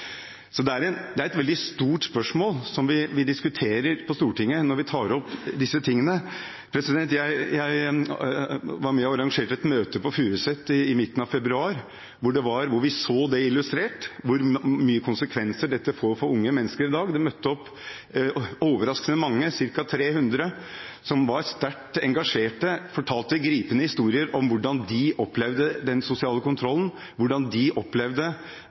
Så det er et veldig stort spørsmål som vi diskuterer på Stortinget når vi tar opp disse tingene. Jeg var med og arrangerte et møte på Furuset i midten av februar, hvor vi så illustrert hva slags konsekvenser dette får for unge mennesker i dag. Det møtte opp overraskende mange, ca. 300, som var sterkt engasjert. De fortalte gripende historier om hvordan de opplevde den sosiale kontrollen, hvordan de opplevde